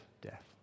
death